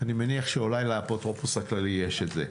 אני מניח שאולי לאפוטרופוס הכללי יש את זה.